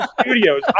Studios